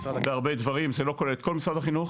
בהרבה דברים, זה לא כולל את כל משרד החינוך,